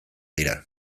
dira